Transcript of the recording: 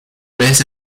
vez